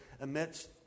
amidst